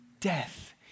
death